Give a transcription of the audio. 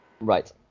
Right